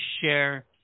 share